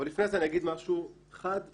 אבל לפני זה אני אגיד משהו חד וחלק.